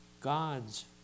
God's